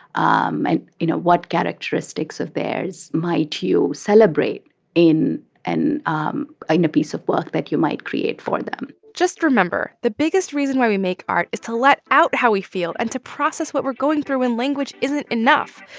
um and, you know, what characteristics of theirs might you celebrate in and um a piece of work that you might create for them? just remember the biggest reason why we make art is to let out how we feel and to process what we're going through when language isn't enough.